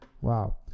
Wow